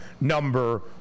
number